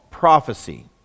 prophecy